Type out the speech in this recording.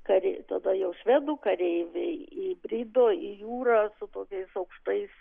kariai tada jau švedų kareiviai įbrido į jūrą su tokiais aukštais